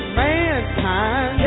mankind